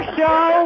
show